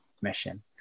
mission